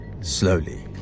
slowly